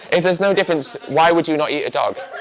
if there's no difference, why would you not eat a dog?